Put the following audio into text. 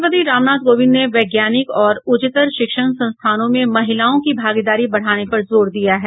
राष्ट्रपति रामनाथ कोविंद ने वैज्ञानिक और उच्चतर शिक्षण संस्थानों में महिलाओं की भागीदारी बढ़ाने पर जोर दिया है